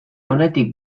onetik